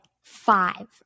five